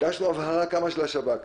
ביקשנו הבהרה כמה של השב"כ.